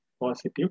positive